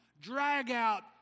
drag-out